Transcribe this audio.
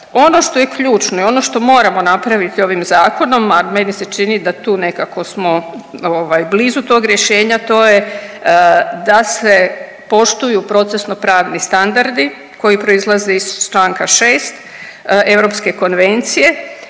Ono što je ključno i ono što moramo napraviti ovim zakonom, a meni se čini da tu nekako smo blizu tog rješenja, to je da se poštuju procesno pravni standardi koji proizlaze iz čl. 6. Europske konvencije